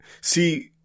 See